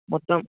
మొత్తం